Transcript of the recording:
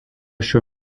šio